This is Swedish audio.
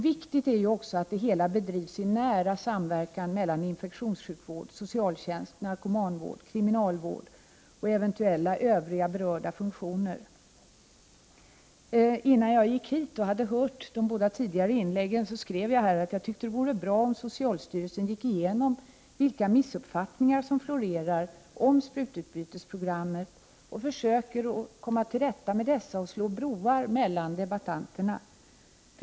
Viktigt är också att det hela bedrivs i nära samverkan mellan infektionssjukvård, socialtjänst, narkomanvård, kriminalvård och eventuella övriga berörda funktioner. Innan jag gick hit och innan jag hade hört de båda tidigare inläggen, skrev jag att jag tyckte att det vore bra om socialstyrelsen gick igenom vilka missuppfattningar som florerar om sprututbytesprogrammet, försökte komma till rätta med dessa och slog broar mellan kombattanterna.